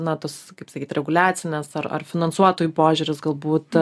na tos kaip sakyt reguliacinė ar ar finansuotojų požiūris galbūt